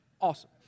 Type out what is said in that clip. awesome